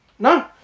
No